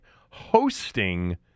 hosting